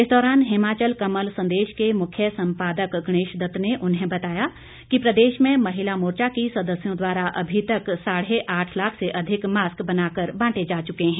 इस दौरान हिमाचल कमल संदेश के मुख्य संपादक गणेश दत्त ने उन्हें बताया कि प्रदेश में महिला मोर्चा की सदस्यों द्वारा अभी तक साढ़े आठ लाख से अधिक मास्क बनाकर बांटे जा चुके हैं